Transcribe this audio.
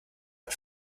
hat